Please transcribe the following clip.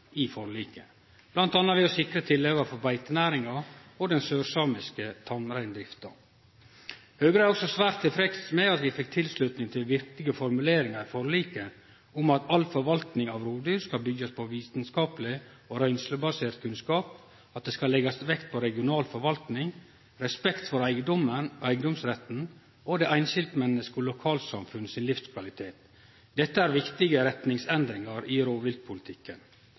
i forliket, bl.a. ved å sikre tilhøva for beitenæringa og den sørsamiske tamreindrifta. Høgre er også svært tilfreds med at vi fekk tilslutning til viktige formuleringar i forliket om at all forvalting av rovdyr skal byggjast på vitskapeleg og røynslebasert kunnskap, og at det skal leggjast vekt på regional forvalting, respekt for eigedomsretten og det einskilde mennesket og lokalsamfunnet sin livskvalitet. Dette er viktige retningsendringar i rovviltpolitikken.